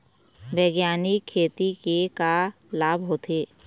बैग्यानिक खेती के का लाभ होथे?